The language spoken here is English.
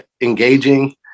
Engaging